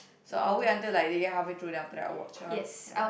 so I'll wait until like they get halfway through then after that I watch ah ya